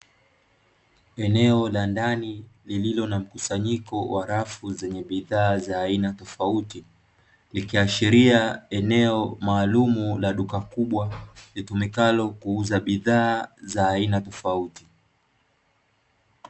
Eneo la ndani lililo na mkusanyiko wa rafu zenye bidhaa za aina tofauti, likiashilia eneo maalumu la duka kubwa litumikalo kuuza bidhaa za aina tofauti.